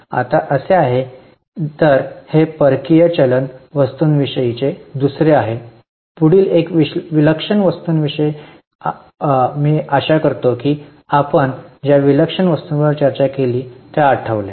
आता असे आहे तर हे परकीय चलन वस्तूंविषयीचे दुसरे आहे पुढील एक विलक्षण वस्तूंविषयी आहे मी आशा करतो की आपण ज्या विलक्षण वस्तूंबद्दल चर्चा केली त्या आठवल्या